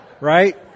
Right